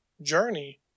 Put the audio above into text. Journey